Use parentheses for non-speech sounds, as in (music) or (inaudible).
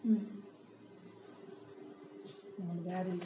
mobile (unintelligible)